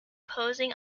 posing